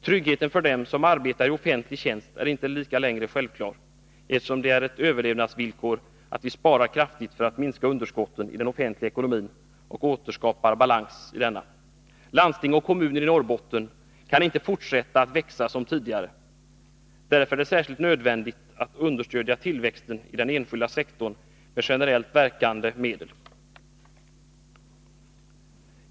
Tryggheten för dem som arbetar i offentlig tjänst är inte längre lika självklar, eftersom det är ett överlevnadsvillkor att vi sparar kraftigt för att minska underskotten i den offentliga ekonomin och för att återvinna ekonomisk balans. Landsting och kommuner i Norrbotten kan inte fortsätta att växa som tidigare. Därför är det särskilt nödvändigt att understödja tillväxten i den enskilda sektorn med generellt verkande medel.